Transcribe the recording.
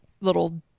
little